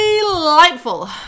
delightful